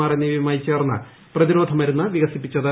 R എന്നിവയുമായി ചേർന്ന് പ്രതിരോധ മരുന്ന് വികസിപ്പിച്ചത്